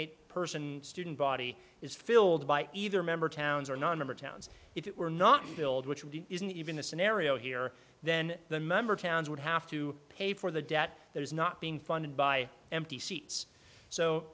eight person student body is filled by either member towns or nonmember towns if it were not billed which isn't even a scenario here then the member towns would have to pay for the debt that is not being funded by empty seats so